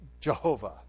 Jehovah